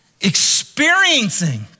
Experiencing